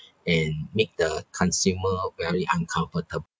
and make the consumer very uncomfortable